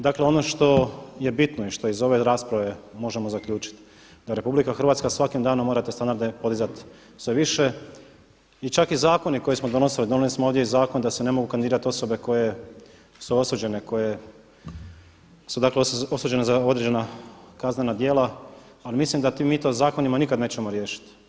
Dakle ono što je bitno i što iz ove rasprave možemo zaključiti, da RH svakim danom mora te standarde podizati sve više i čak i zakoni koje smo donosili, donijeli smo ovdje Zakon da se ne mogu kandidirati osobe koje su osuđene, koje su osuđene za određena kaznena djela, ali mislim da mi to zakonima nikad nećemo riješiti.